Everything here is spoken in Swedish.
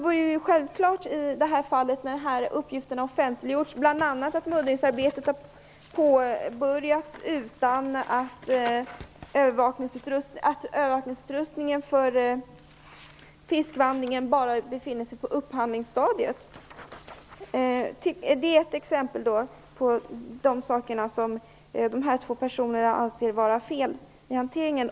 Det har offentliggjorts uppgifter om att muddringsarbetet har påbörjats trots att övervakningsutrustningen för fiskvandringen bara befinner sig på upphandlingsstadiet. Det är ett exempel på saker som dessa två personer ansåg vara fel i hanteringen.